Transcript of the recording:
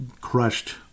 crushed